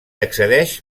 accedeix